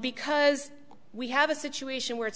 because we have a situation where it's